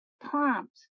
prompt